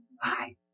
Hi